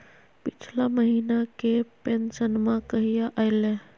पिछला महीना के पेंसनमा कहिया आइले?